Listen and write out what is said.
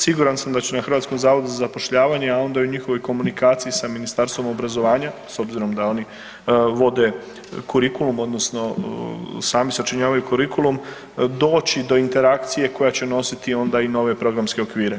Siguran sam da će na HZZ-u, a onda i u njihovoj komunikaciji sa Ministarstvom obrazovanja, s obzirom da oni vode kurikulum, odnosno sami sačinjavaju kurikulum, doći do interakcije koja će nositi onda i nove programske okvire.